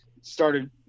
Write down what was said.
started